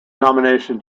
nomination